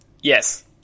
yes